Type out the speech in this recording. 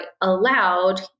allowed